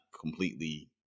completely